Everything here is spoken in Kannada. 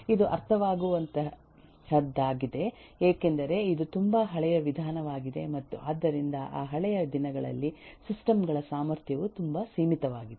ಇದು ಅರ್ಥವಾಗುವಂತಹದ್ದಾಗಿದೆ ಏಕೆಂದರೆ ಇದು ತುಂಬಾ ಹಳೆಯ ವಿಧಾನವಾಗಿದೆ ಮತ್ತು ಆದ್ದರಿಂದ ಆ ಹಳೆಯ ದಿನಗಳಲ್ಲಿ ಸಿಸ್ಟಮ್ ಗಳ ಸಾಮರ್ಥ್ಯವು ತುಂಬಾ ಸೀಮಿತವಾಗಿತ್ತು